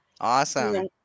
awesome